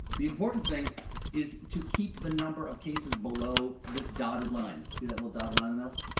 the important thing is to keep the number of cases below this dotted line. see that little dotted line, though?